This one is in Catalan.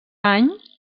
any